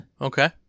okay